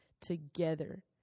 together